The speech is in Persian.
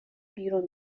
بیرون